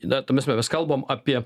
na ta prasme mes kalbam apie